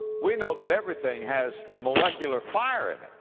we know that everything has molecular fire in it.